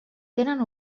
tenen